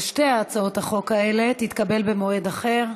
תשובה והצבעה על שתי הצעות החוק האלה יהיו במועד אחר.